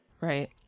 Right